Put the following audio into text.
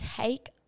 take